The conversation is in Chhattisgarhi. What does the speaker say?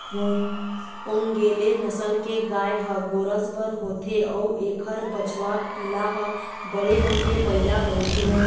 ओन्गेले नसल के गाय ह गोरस बर होथे अउ एखर बछवा पिला ह बड़े होके बइला बनथे